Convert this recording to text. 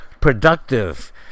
productive